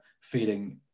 feeling